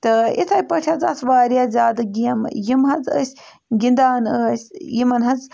تہٕ یِتھَے پٲٹھۍ حظ آسہٕ واریاہ زیادٕ گیمہٕ یِم حظ أسۍ گِنٛدان ٲسۍ یِمَن حظ